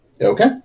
Okay